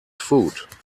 food